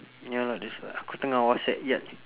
ya lah that's why aku tengah whatsapp yat